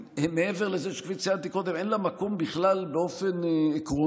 מעבר לזה שכפי שציינתי קודם אין לה מקום בכלל באופן עקרוני,